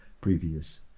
previous